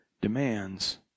demands